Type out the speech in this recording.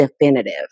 definitive